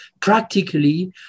practically